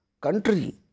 country